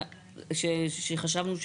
שחשבנו,